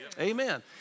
Amen